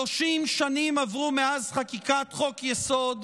30 שנים עברו מאז חקיקת חוק-יסוד: